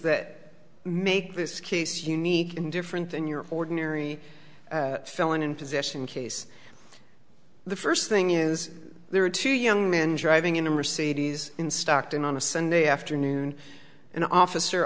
that make this case unique and different than your ordinary felon in possession case the first thing is there are two young men driving in a mercedes in stockton on a sunday afternoon an officer